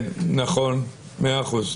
נכון, מאה אחוז.